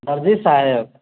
दर्जी साहेब